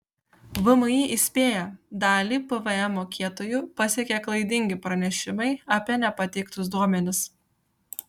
vmi įspėja dalį pvm mokėtojų pasiekė klaidingi pranešimai apie nepateiktus duomenis